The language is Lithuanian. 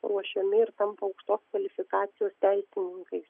ruošiami ir tampa aukštos kvalifikacijos teisininkais